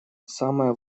самое